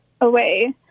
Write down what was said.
away